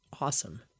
Awesome